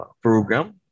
program